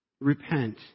repent